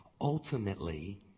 Ultimately